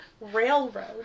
Railroad